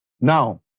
Now